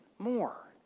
more